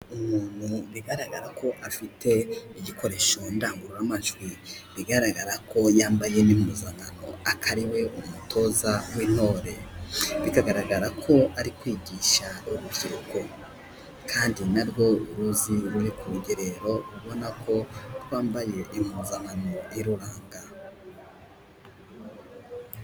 Umuntu bigaragara ko afite igikoresho ndangururamajwi bigaragara ko yambaye n'impuzankano akariwe umutoza w'intore bikagaragara ko ari kwigisha urubyiruko kandi narwo ruzi ruri ku rugerero rubona ko rwambaye impuzankano iruranga.